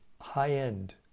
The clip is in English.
high-end